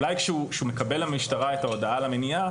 אולי כשהוא מקבל למשטרה את ההודעה על המניעה,